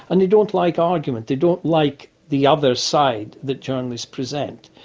and they don't like argument, they don't like the other side that journalists present.